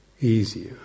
easier